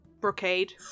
brocade